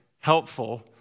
helpful